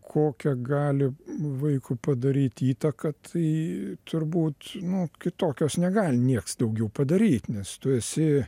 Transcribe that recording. kokią gali vaikui padaryt įtaką tai turbūt nu kitokios negali nieks daugiau padaryt nes tu esi